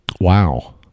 wow